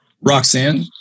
Roxanne